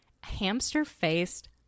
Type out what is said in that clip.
Hamster-faced